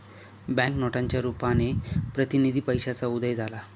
bank नोटांच्या रुपाने प्रतिनिधी पैशाचा उदय झाला